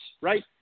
right